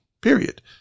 period